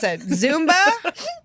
Zumba